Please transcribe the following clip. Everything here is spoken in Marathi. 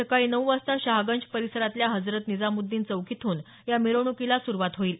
सकाळी नऊ वाजता शहागंज परिसरातल्या हजरत निजामुद्दीन चौक इथून या मिरवणुकीला सुरवात होईल